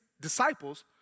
disciples